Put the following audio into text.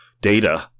data